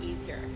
easier